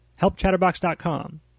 Helpchatterbox.com